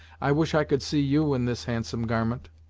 i wish i could see you in this handsome garment.